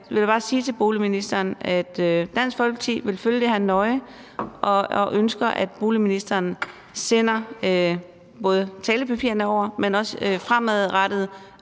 jeg bare sige til boligministeren, at Dansk Folkeparti vil følge det her nøje, og vi ønsker, at boligministeren både sender talepapirerne over, men også fremadrettet